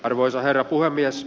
arvoisa herra puhemies